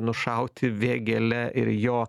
nušauti vėgėlę ir jo